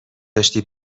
داشتی